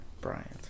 Bryant